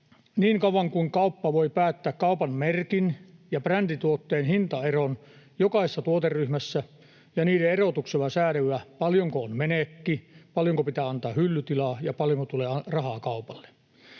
niin kauan kuin kauppa voi päättää kaupan merkin ja brändituotteen hintaeron jokaisessa tuoteryhmässä ja niiden erotuksella säädellä, paljonko on menekki, paljonko pitää antaa hyllytilaa ja paljonko tulee rahaa kaupalle.